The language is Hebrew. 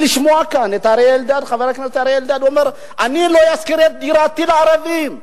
כנראה אנחנו לא מספיק דמוקרטים.